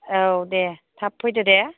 औ दे थाब फैदो दे